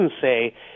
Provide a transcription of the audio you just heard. say